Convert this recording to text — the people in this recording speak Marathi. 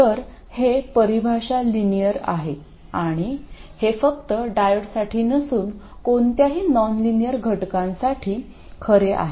तर हे परिभाषा लिनियर आहे आणि हे फक्त डायोडसाठी नसून कोणत्याही नॉनलिनियर घटकांसाठी खरे आहे